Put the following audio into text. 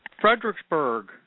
Fredericksburg